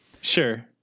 Sure